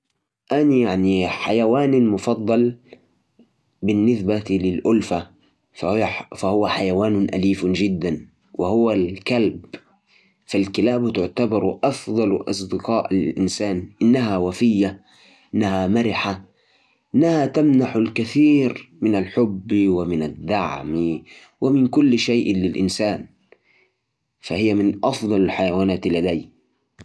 حيواني الأليف المفضل هو القط أحب القطط لأنها لطيفة ومستقلة وكمان لها شخصية مميزة وجود قطه في البيت تضيف جو من الراحة والهدوء وأحب طريقة لعبهم وتفاعلهم مع الناس القطط كمان سهلة العناية وتكون رفيقة رائعة في الحياة اليومية